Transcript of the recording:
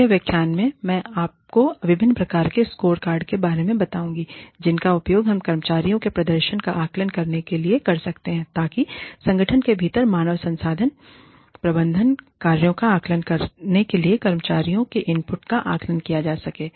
अगले व्याख्यान में मैं आपको विभिन्न प्रकार के स्कोरकार्ड के बारे में बताऊंगा जिनका उपयोग हम कर्मचारियों के प्रदर्शन का आकलन करने के लिए कर सकते हैं ताकि संगठन के भीतर मानव संसाधन प्रबंधन कार्यों का आकलन करने के लिए कर्मचारियों के इनपुट का आकलन किया जा सके